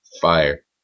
Fire